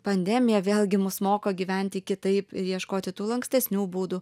pandemija vėlgi mus moko gyventi kitaip ir ieškoti tų lankstesnių būdų